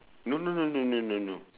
no no no no no no